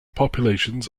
populations